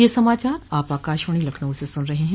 ब्रे क यह समाचार आप आकाशवाणी लखनऊ से सुन रहे हैं